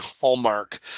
Hallmark